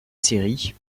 série